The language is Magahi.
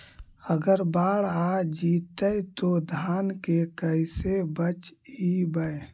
अगर बाढ़ आ जितै तो धान के कैसे बचइबै?